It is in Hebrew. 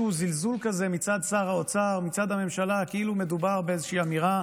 חישוב מסלול מחדש לתקציב המדינה.